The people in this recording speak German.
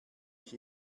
ich